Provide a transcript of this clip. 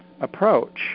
approach